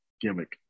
Gimmick